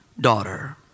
daughter